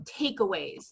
takeaways